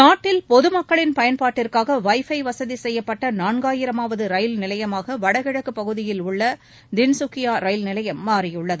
நாட்டில் பொது மக்களின் பயன்பாட்டிற்காக வைஃபை வசதி செய்யப்பட்ட நான்காயிரமாவது ரயில் நிலையமாக வடகிழக்குப் பகுதியில் உள்ள தின்சுக்கியா ரயில் நிலையம் மாறியுள்ளது